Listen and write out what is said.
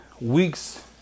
weeks